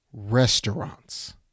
Restaurants